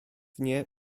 nie